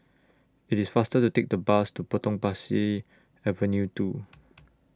IT IS faster to Take The Bus to Potong Pasir Avenue two